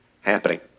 happening